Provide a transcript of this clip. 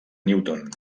newton